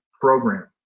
program